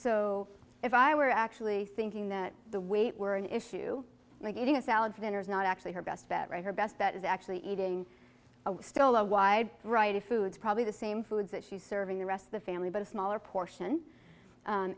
so if i were actually thinking that the weight were an issue like eating a salad for dinner is not actually her best bet right her best that is actually eating still a wide variety of foods probably the same foods that she's serving the rest of the family but a smaller portion